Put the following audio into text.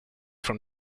from